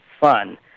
fun